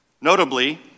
Notably